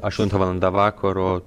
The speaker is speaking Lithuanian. aštunta valanda vakaro